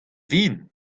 vihan